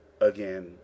again